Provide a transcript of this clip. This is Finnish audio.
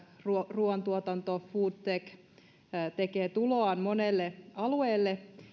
ruuantuotanto food tech tekee tuloaan monelle alueelle